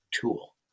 tool